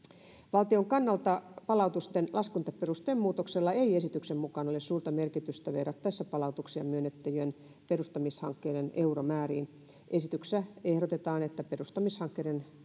valtion kannalta palautusten laskentaperusteen muutoksella ei esityksen mukaan ole suurta merkitystä verrattaessa palautuksia myönnettyjen perustamishankkeiden euromääriin esityksessä korostetaan että perustamishankkeiden